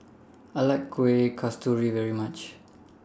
I like Kueh Kasturi very much